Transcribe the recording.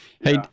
Hey